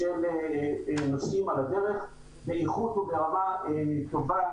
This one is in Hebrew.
ה --- שנסעו ברכבת, באיכות וברמה טובה